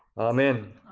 Amen